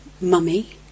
mummy